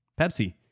Pepsi